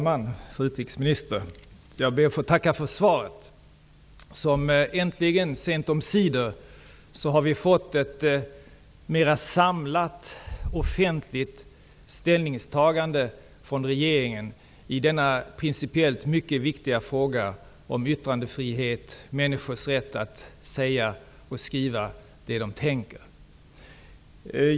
Herr talman! Jag ber att få tacka för svaret, fru utrikesminister. Sent om sider har vi fått ett mera samlat offentligt ställningstagande från regeringen i denna principiellt mycket viktiga fråga om yttrandefrihet och människors rätt att säga och skriva det som de tänker.